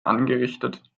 angerichtet